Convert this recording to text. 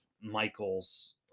Michael's